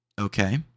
Okay